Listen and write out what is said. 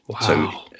Wow